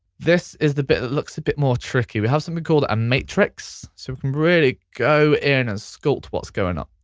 this is the bit that looks a bit more tricky. we have something called a matrix so we can really go in and sculpt what's going on.